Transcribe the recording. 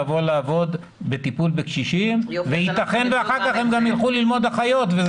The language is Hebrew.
לבוא לעבוד בטיפול בקשישים וייתכן ואחר כך הן גם ילכו ללמוד אחיות.